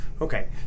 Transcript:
okay